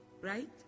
right